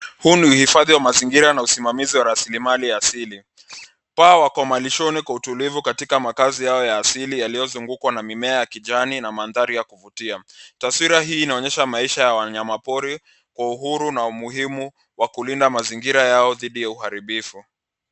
Huu ni uhifadhi wa mazingira na usimamizi wa rasilimali ya asili. Paa wako malishoni kwa utulivu katika makazi yao ya asili yaliyozungukwa na mimea ya kijani na mandhari ya kuvutia. Taswira hii inaonyesha maisha ya wanyamapori kwa uhuru na umuhimu wa kulinda mazingira yao dhidi ya uharibifu.